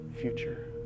future